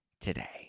today